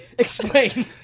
Explain